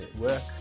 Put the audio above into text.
work